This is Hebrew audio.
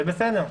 זה בסדר.